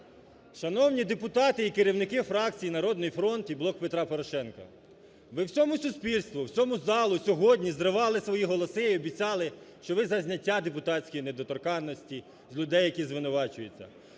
Шановні депутати і керівники фракцій "Народний фронт" і "Блок Петра Порошенка"! Ви всьому суспільству, всьому залу сьогодні зривали свої голоси і обіцяли, що ви за зняття депутатської недоторканності з людей, які звинувачуються.